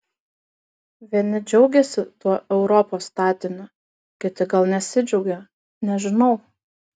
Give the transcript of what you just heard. vieni džiaugiasi tuo europos statiniu kiti gal nesidžiaugia nežinau